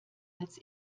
als